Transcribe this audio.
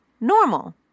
normal